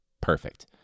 Perfect